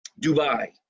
Dubai